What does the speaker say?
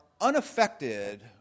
unaffected